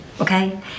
okay